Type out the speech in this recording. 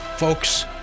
Folks